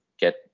get